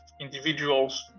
individuals